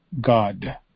God